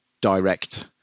direct